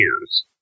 years